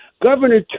Governor